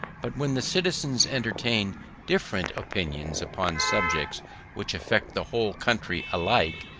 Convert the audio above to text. but when the citizens entertain different opinions upon subjects which affect the whole country alike,